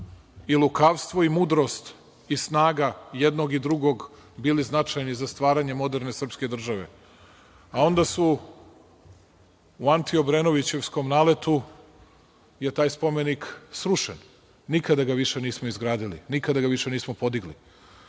i lukavstvo i mudrost i snaga jednog i drugog bili značajni za stvaranje moderne srpske države, a onda su u anti Obrenovićevskom naletu je taj spomenik srušen. Nikada ga više nismo izgradili. Nikada ga više nismo podigli. Ideja